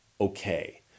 okay